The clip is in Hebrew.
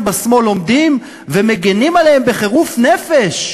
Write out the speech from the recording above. בשמאל עומדים ומגינים עליהם בחירוף נפש,